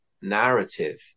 narrative